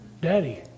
daddy